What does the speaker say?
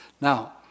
Now